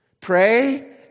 Pray